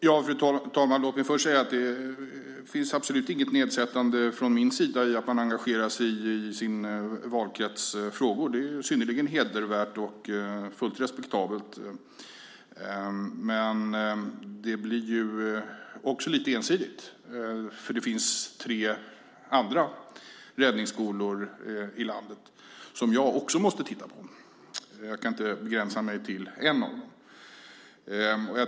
Fru talman! Låt mig först säga att det absolut inte finns något nedsättande från min sida för att man engagerar sig i sin valkrets frågor. Det är synnerligen hedervärt och fullt respektabelt. Men det blir också lite ensidigt. Det finns tre andra räddningsskolor i landet som jag också måste titta på. Jag kan inte begränsa mig till en av dem.